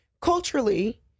culturally